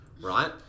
right